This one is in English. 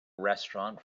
restaurant